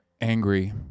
angry